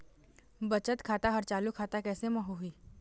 बचत खाता हर चालू खाता कैसे म होही?